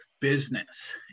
business